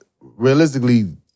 realistically